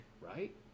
right